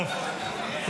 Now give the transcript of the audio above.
טוב,